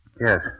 Yes